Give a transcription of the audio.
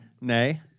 Nay